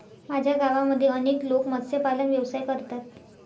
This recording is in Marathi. माझ्या गावामध्ये अनेक लोक मत्स्यपालन व्यवसाय करतात